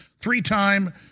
three-time